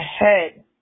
ahead